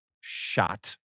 shot